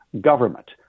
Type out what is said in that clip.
government